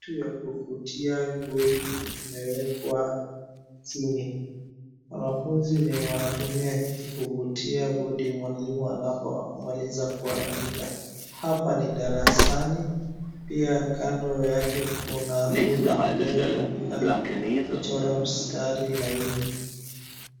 Kitu ya kuvutia bodi imewekwa chini. Wanafunzi ni wanatumia hiki kuvutia bodi mwalimu anapomaliza kuandika. Hapa ni darasani. Pia kando yake kuna rula inayotumika kuchora mistari laini.